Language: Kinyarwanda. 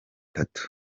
kwemezwa